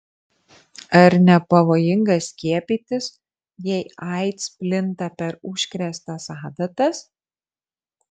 ar nepavojinga skiepytis jei aids plinta per užkrėstas adatas